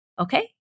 Okay